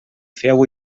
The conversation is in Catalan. feu